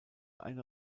eine